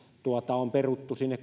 on peruttu sinne